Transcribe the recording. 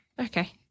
Okay